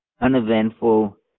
uneventful